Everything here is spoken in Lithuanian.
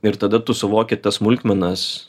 ir tada tu suvoki tas smulkmenas